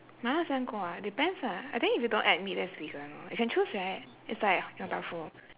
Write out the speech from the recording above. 麻辣香锅 ah depends lah I think if you don't add meat that's vegan lor you can choose right is like yong tau foo